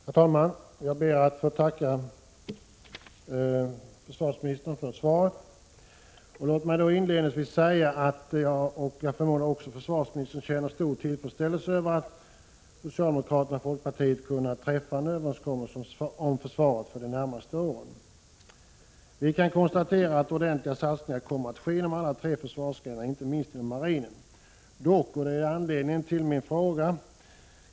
Herr talman! Jag ber att få tacka försvarsministern för svaret. Låt mig inledningsvis säga att jag förmodar att försvarsministern känner stor tillfredsställelse över att socialdemokraterna och folkpartiet har kunnat träffa en överenskommelse om försvaret för de närmaste åren. Vi kan konstatera att ordentliga satsningar kommer att ske inom alla tre försvarsgrenarna, och då inte minst inom marinen. Så till anledningen till min fråga.